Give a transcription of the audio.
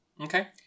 Okay